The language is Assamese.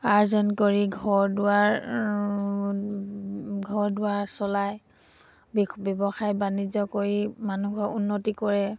আৰ্জন কৰি ঘৰ দুৱাৰ ঘৰ দুৱাৰ চলাই ব্যৱসায় বাণিজ্য কৰি মানুহৰ উন্নতি কৰে